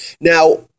Now